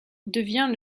devient